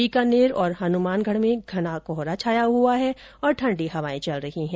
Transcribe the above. बीकानेर और हनुमानगढ़ में घना कोहरा छाया हुआ और ठंडी हवाए चल रही है